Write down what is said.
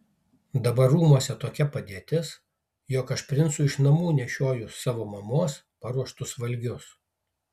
dabar rūmuose tokia padėtis jog aš princui iš namų nešioju savo mamos paruoštus valgius